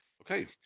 okay